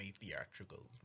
theatrical